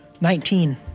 Nineteen